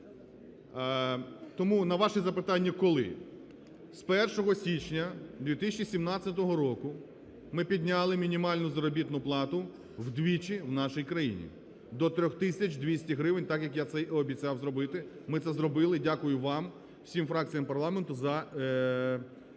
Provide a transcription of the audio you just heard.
Тому на ваші запитання – коли? З 1 січня 2017 року ми підняли мінімальну заробітну плату вдвічі в нашій країні, до 3 тисяч 200 гривень так, як це і обіцяв зробити, ми це зробили. Дякую вам, всім фракціям парламенту, за підтримку.